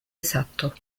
exacto